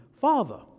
Father